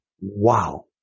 Wow